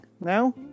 now